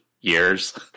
years